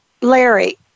Larry